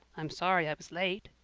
i'm sorry i was late,